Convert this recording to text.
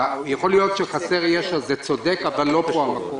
בנושא חסר ישע צודק אבל לא פה המקום.